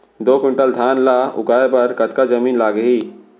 दो क्विंटल धान ला उगाए बर कतका जमीन लागही?